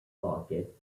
pocket